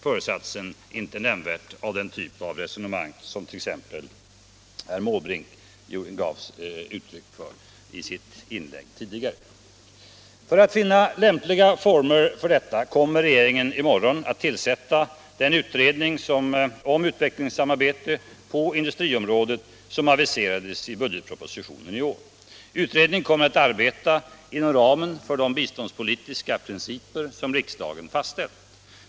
För att finna lämpliga former för detta kommer regeringen i morgon att tillsätta den utredning om utvecklingssamarbete på industriområdet som aviserades i budgetpropositionen i år. Utredningen kommer att arbeta inom ramen för de biståndspolitiska principer som riksdagen fastställt.